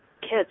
kids